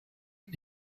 ein